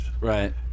Right